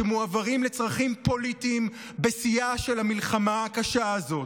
שמועברים לצרכים פוליטיים בשיאה של המלחמה הקשה הזו.